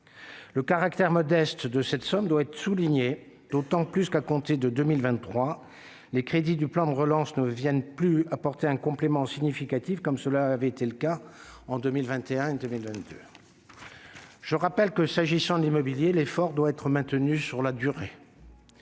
Le caractère modeste de cette somme doit être souligné, d'autant qu'à compter de 2023 les crédits du plan de relance ne viennent plus apporter un complément significatif comme cela avait été le cas en 2021 et 2022. Je rappelle que, s'agissant de l'immobilier, l'effort doit être maintenu sur la durée.